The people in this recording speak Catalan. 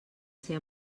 ser